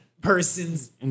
person's